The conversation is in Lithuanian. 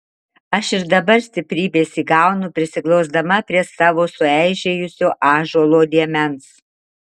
aš ir dabar stiprybės įgaunu prisiglausdama prie savo sueižėjusio ąžuolo liemens